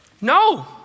No